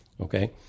okay